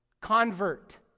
convert